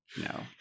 no